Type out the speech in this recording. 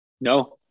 No